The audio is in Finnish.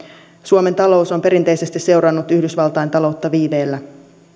suomen talous on perinteisesti seurannut yhdysvaltain taloutta viiveellä